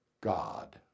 God